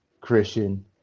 Christian